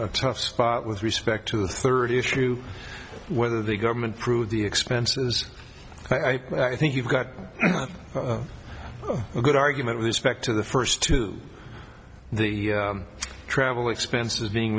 tough spot with respect to the third issue whether the government through the expenses i think you've got a good argument with respect to the first two the travel expenses being